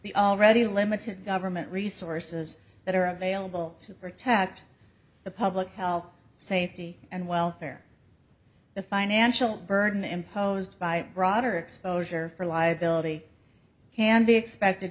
the already limited government resources that are available to protect the public health safety and welfare the financial burden imposed by broader exposure for liability can be expected